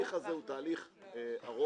התהליך הזה הוא תהליך ארוך